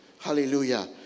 Hallelujah